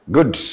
Good